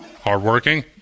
Hardworking